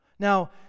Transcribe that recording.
Now